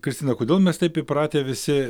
kristina kodėl mes taip įpratę visi